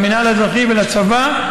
למינהל האזרחי ולצבא,